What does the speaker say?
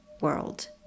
world